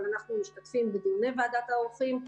אבל אנחנו משתתפים בדיוני ועדת העורכים.